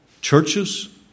churches